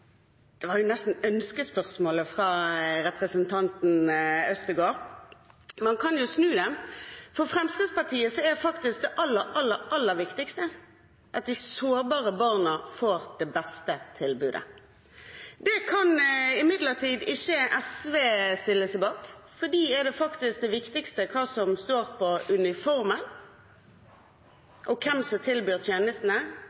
For Fremskrittspartiet er det aller, aller viktigste at de sårbare barna får det beste tilbudet. Det kan imidlertid ikke SV stille seg bak. For dem er hva som står på uniformen, og hvem som